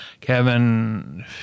Kevin